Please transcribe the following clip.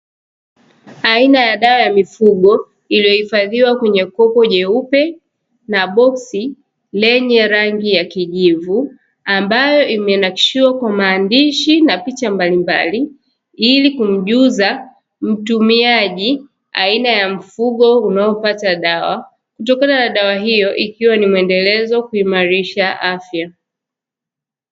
Aina ya dawa ya mifugo, iliyohifadhiwa kwenye kopo jeupe na boksi lenye rangi ya kijivu, ambayo imenakshiwa kwa maandishi na picha mbalimbali, ili kumjuza mtumiaji aina ya mfugo unaopata dawa, kutokana na dawa hiyo ikiwa ni mwendelezo, kuimarisha afya.